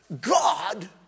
God